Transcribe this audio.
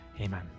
Amen